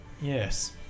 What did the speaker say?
Yes